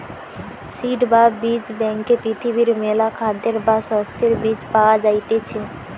seed বা বীজ ব্যাংকে পৃথিবীর মেলা খাদ্যের বা শস্যের বীজ পায়া যাইতিছে